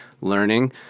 learning